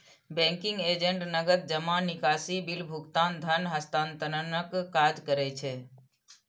banking agent नकद जमा, निकासी, बिल भुगतान, धन हस्तांतरणक काज करै छै